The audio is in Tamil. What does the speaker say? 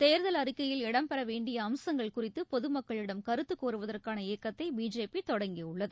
தேர்தல் அறிக்கையில் இடம்பெற வேண்டிய அம்சங்கள் குறித்து பொதுமக்களிடம் கருத்து கோருவதற்கான இயக்கத்தை பிஜேபி தொடங்கியுள்ளது